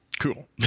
Cool